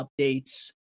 updates